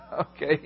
Okay